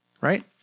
right